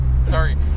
Sorry